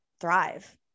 thrive